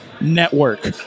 network